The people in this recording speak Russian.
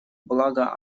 благо